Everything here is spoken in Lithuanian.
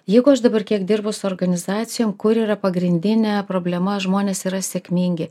jeigu aš dabar kiek dirbu su organizacijom kur yra pagrindinė problema žmonės yra sėkmingi